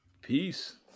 Peace